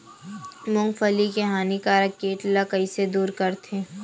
मूंगफली के हानिकारक कीट ला कइसे दूर करथे?